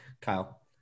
Kyle